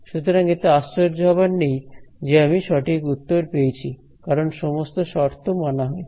সুতরাং এতে আশ্চর্য হবার নেই যে আমি সঠিক উত্তর পেয়েছি কারণ সমস্ত শর্ত মানা হয়েছে